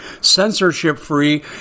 censorship-free